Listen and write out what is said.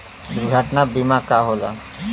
दुर्घटना बीमा का होला?